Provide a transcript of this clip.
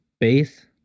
base